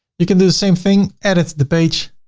you can do the same thing. edit the page,